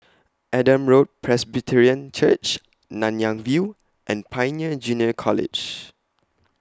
Adam Road Presbyterian Church Nanyang View and Pioneer Junior College